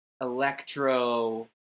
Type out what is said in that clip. electro